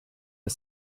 are